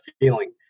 feeling